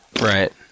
Right